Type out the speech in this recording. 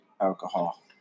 alcohol